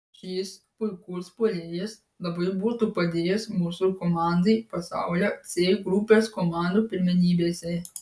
šis puikus puolėjas labai būtų padėjęs mūsų komandai pasaulio c grupės komandų pirmenybėse